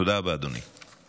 תודה רבה, אדוני.